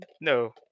no